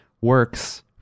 works